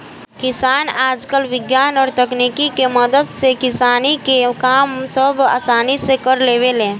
किसान आजकल विज्ञान और तकनीक के मदद से किसानी के काम सब असानी से कर लेवेले